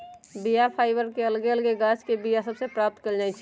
बीया फाइबर के अलग अलग गाछके बीया सभ से प्राप्त कएल जाइ छइ